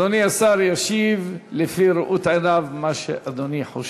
אדוני השר ישיב לפי ראות עיניו, מה שאדוני חושב.